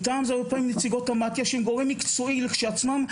כלומר נציגות מתי"א שהן גורם מקצועי לכשעצמן,